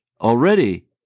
already